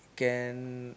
can